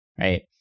Right